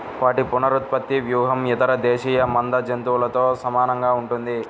వాటి పునరుత్పత్తి వ్యూహం ఇతర దేశీయ మంద జంతువులతో సమానంగా ఉంటుంది